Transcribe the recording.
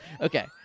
Okay